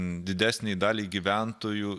didesnei daliai gyventojų